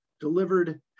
delivered